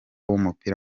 w’umupira